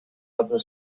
other